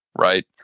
Right